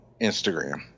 Instagram